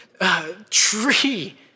tree